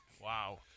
Wow